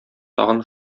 тагын